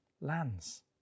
lands